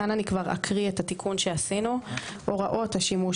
כאן אקריא את התיקון שעשינו: הוראות השימוש